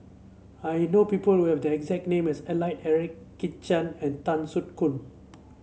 I know people who have the exact name as Alfred Eric Kit Chan and Tan Soo Khoon